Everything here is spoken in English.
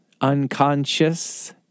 Unconscious